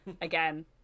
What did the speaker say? again